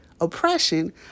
oppression